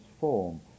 form